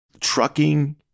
Trucking